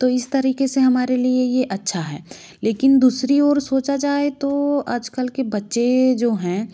तो इस तरीके से हमारे लिए ये अच्छा है लेकिन दूसरी और सोचा जाए तो आजकल के बच्चे जो हैं